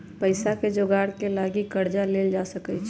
पइसाके जोगार के लागी कर्जा लेल जा सकइ छै